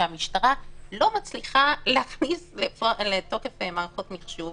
שהמשטרה לא מצליחה להכניס לתוקף מערכות מחשוב.